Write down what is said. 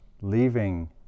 leaving